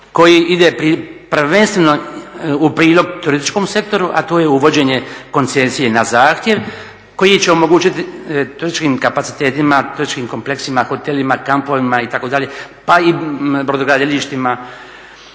koji ide prvenstveno u prilog turističkom sektoru, a to je uvođenje koncesije na zahtjev, koji će omogućiti turističkim kapacitetima, turističkim kompleksima, hotelima, kampovima, itd., pa i brodogradilištima